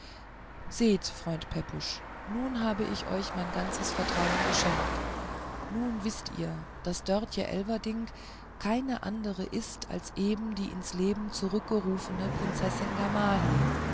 seht freund pepusch nun habe ich euch mein ganzes vertrauen geschenkt nun wißt ihr daß dörtje elverdink keine andere ist als eben die ins leben zurückgerufene prinzessin